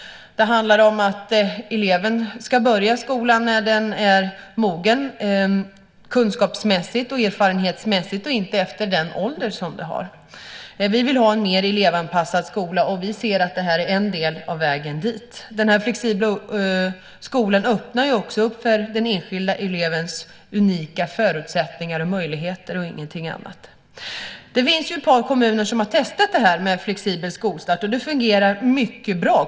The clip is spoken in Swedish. Det handlar om att eleven ska börja skolan när den är mogen kunskapsmässigt och erfarenhetsmässigt, och inte efter den ålder man har. Vi vill ha en mer elevanpassad skola, och vi ser att det här är en del av vägen dit. Den flexibla skolan öppnar också upp för den enskilda elevens unika förutsättningar och möjligheter och ingenting annat. Det finns ju ett par kommuner som har testat det här med flexibel skolstart. Det fungerar mycket bra.